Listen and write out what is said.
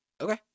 Okay